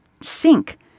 sink